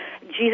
Jesus